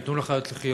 "תנו לחיות לחיות",